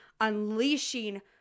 unleashing